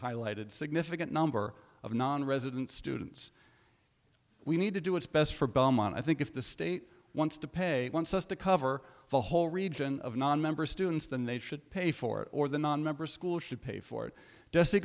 highlighted significant number of nonresident students we need to do what's best for belmont i think if the state wants to pay once us to cover the whole region of nonmember students then they should pay for it or the nonmember school should pay for it